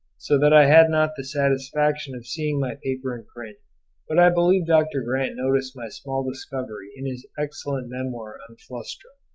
so that i had not the satisfaction of seeing my paper in print but i believe dr. grant noticed my small discovery in his excellent memoir on flustra.